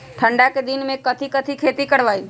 ठंडा के दिन में कथी कथी की खेती करवाई?